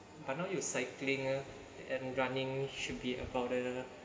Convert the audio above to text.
but now you're cycling ah and running should be about the